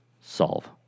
solve